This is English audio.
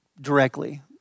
directly